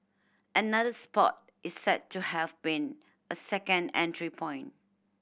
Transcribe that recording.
another spot is said to have been a second entry point